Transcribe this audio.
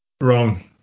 Wrong